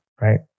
right